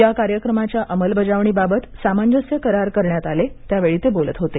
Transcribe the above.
या कार्यक्रमाच्या अंमलबजावणीबाबत सामंजस्य करार करण्यात आले त्या वेळी ते बोलत होते